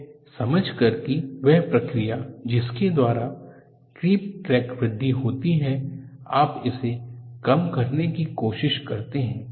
यह समझ कर की वह प्रक्रिया जिसके द्वारा क्रीप क्रैक व्रद्धि होती है आप इसे कम करने की कोशिश करते हैं